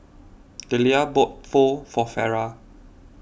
Dellia bought Pho for Farrah